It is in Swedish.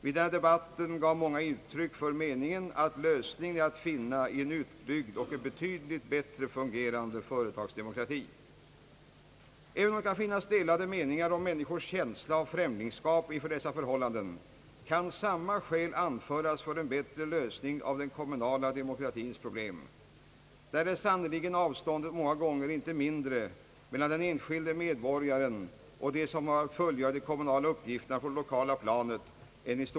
Vid denna debatt gav många uttryck för meningen, att lösningen är att finna i en utbyggd och betydligt bättre fungerande företagsdemokrati. Även om det kan finnas delade meningar om människors känsla av främlingskap inför dessa förhållanden, kan samma skäl anföras för en bättre lösning av den kommunala demokratins problem. Där är sannerligen avståndet många gånger inte mindre än i storföretagen mellan den enskilde medborgaren och dem som har att fullgöra de kommunala uppgifterna på det lokala planet.